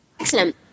Excellent